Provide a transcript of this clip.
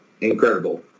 incredible